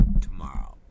tomorrow